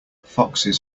foxes